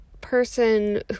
person